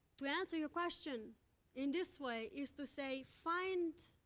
to answer your question in this way is to say, find